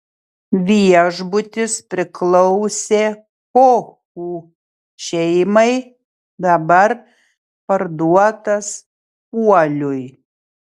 viešbutis priklausė kochų šeimai dabar parduotas puoliui